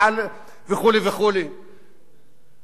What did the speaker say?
זאת אומרת,